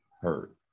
hurt